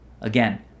Again